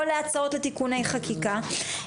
או להצעות לתיקוני חקיקה,